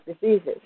diseases